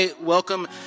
Welcome